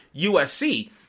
usc